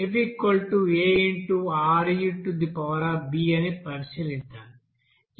faReb అని పరిశీలిద్దాం